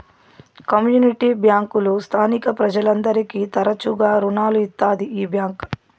community బ్యాంకులు స్థానిక ప్రజలందరికీ తరచుగా రుణాలు ఇత్తాది ఈ బ్యాంక్